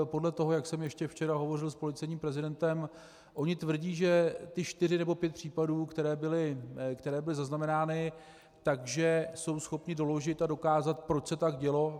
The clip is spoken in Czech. Podle toho, jak jsem ještě včera hovořil s policejním prezidentem, oni tvrdí, že ty čtyři nebo pět případů, které byly zaznamenány, jsou schopni doložit a dokázat, proč se tak dělo.